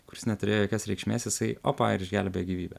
kuris neturėjo jokios reikšmės jisai opa ir išgelbėjo gyvybę